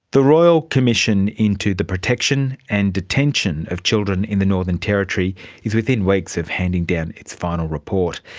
the royal commission into the protection and detention of children in the northern territory is within weeks of handing down its final report.